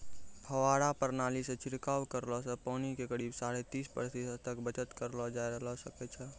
फव्वारा प्रणाली सॅ छिड़काव करला सॅ पानी के करीब साढ़े तीस प्रतिशत तक बचत करलो जाय ल सकै छो